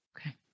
Okay